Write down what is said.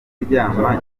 kuryama